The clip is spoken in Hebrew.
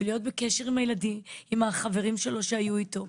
בלהיות בקשר עם החברים שלו שהיו איתו,